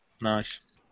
Nice